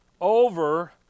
over